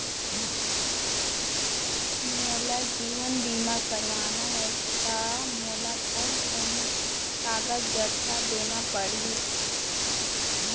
मोला जीवन बीमा करवाना हे ता मोला कोन कोन कागजात देना पड़ही?